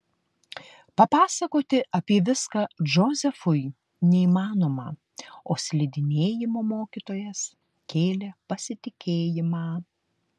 papasakoti apie viską džozefui neįmanoma o slidinėjimo mokytojas kėlė pasitikėjimą